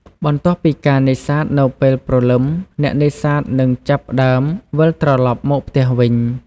បន្ទាប់ពីការនេសាទនៅពេលព្រលឹម អ្នកនេសាទនឹងចាប់ផ្ដើមវិលត្រឡប់មកផ្ទះវិញ។